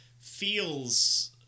feels